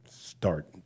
Start